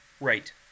Right